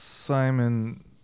Simon